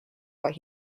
what